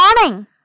morning